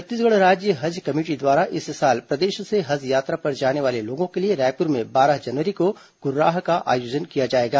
छत्तीसगढ़ राज्य हज कमेटी द्वारा इस साल प्रदेश से हज यात्रा पर जाने वाले लोगों के लिए रायपुर में बारह जनवरी को कुर्राह का आयोजन किया जाएगा